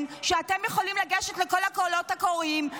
שאתם יכולים לגשת לכל הקולות הקוראים,